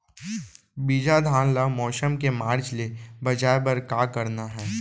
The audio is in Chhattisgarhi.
बिजहा धान ला मौसम के मार्च ले बचाए बर का करना है?